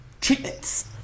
treatments